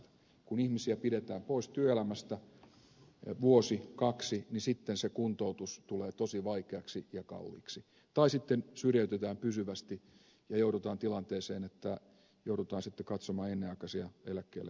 kun ihmisiä pidetään pois työelämästä vuosi kaksi niin sitten se kuntoutus tulee tosi vaikeaksi ja kalliiksi tai sitten syrjäytetään pysyvästi ja joudutaan tilanteeseen että joudutaan sitten katsomaan ennenaikaisia eläkkeelle hakeutumisia